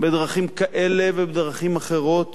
בדרכים כאלה ובדרכים אחרות